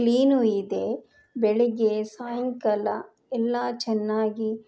ಕ್ಲೀನೂ ಇದೆ ಬೆಳಗ್ಗೆ ಸಾಯಂಕಾಲ ಎಲ್ಲ ಚೆನ್ನಾಗಿ